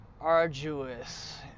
arduous